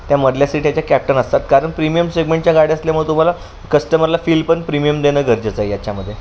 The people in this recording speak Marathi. त्या मधल्या सीट याच्या कॅप्टन असतात कारण प्रीमियम सेगमेंटच्या गाडी असल्यामुळे तुम्हाला कस्टमरला फील पण प्रीमियम देणं गरजेचं आहे याच्यामध्ये